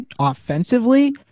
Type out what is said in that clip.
offensively